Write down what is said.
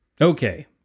Okay